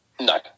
No